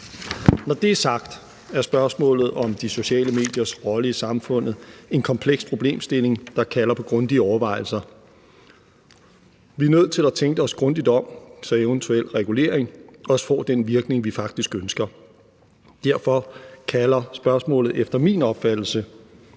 Når det er sagt, er spørgsmålet om de sociale mediers rolle i samfundet en kompleks problemstilling, der kalder på grundige overvejelser. Vi er nødt til at tænke os grundigt om, så eventuel regulering også får den virkning, vi faktisk ønsker. Derfor kalder spørgsmålet efter min opfattelse